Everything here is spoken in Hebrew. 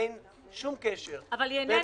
אין שום קשר בין --- אבל היא איננה.